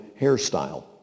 hairstyle